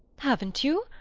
haven't you?